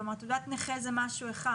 כלומר תעודת נכה זה משהו אחד,